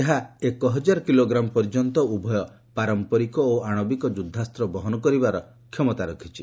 ଏହା ଏକହଜାର କିଲୋମିଟର ପର୍ଯ୍ୟନ୍ତ ଉଭୟ ପାରମ୍ପରିକ ଏବଂ ଆଣବିକ ଯୁଦ୍ଧାସ୍ତ୍ର ବହନ କରିବାର କ୍ଷମତା ରଖିଛି